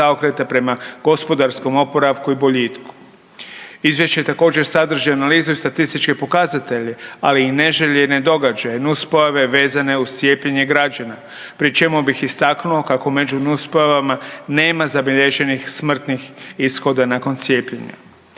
prema gospodarskom oporavku i boljitku. Izvješće također sadrži analizu i statističke pokazatelje ali i neželjene događaje, nuspojave vezane uz cijepljenje građana pri čemu bih istaknuo kako među nuspojavama nema zabilježenih smrtnih ishoda nakon cijepljenja.